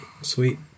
Sweet